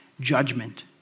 judgment